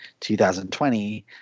2020